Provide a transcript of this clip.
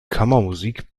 kammermusik